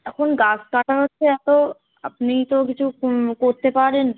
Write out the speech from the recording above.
এখন গাছ কাটা হচ্ছে এত আপনি তো কিছু করতে পারেন